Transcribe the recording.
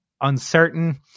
uncertain